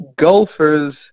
Golfers